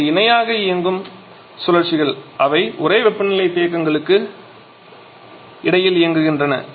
இது இணையாக இயங்கும் இரண்டு சுழற்சிகள் அவை ஒரே வெப்பநிலை தேக்கங்களுக்கு இடையில் இயங்குகின்றன